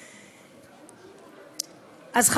אז,